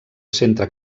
centre